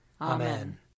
Amen